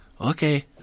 Okay